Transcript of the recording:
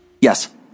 Yes